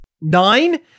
nine